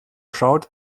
schaut